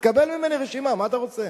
תקבל ממני רשימה, מה אתה רוצה?